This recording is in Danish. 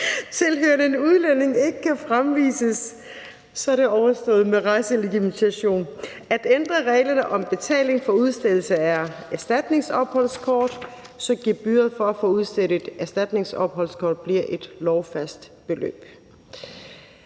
tilhørende en udlænding ikke kan fremvises, og at ændre reglerne om betaling for udstedelse af erstatningsopholdskort, så gebyret for at få udstedt et erstatningsopholdskort bliver et lovfast beløb.